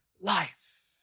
life